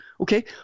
okay